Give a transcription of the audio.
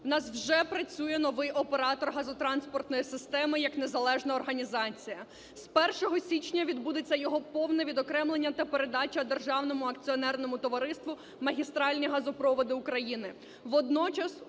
У нас вже працює новий оператор газотранспортної системи як незалежна організація. З 1 січня відбудеться його повне відокремлення та передача Державному акціонерному товариству "Магістральні газопроводи України".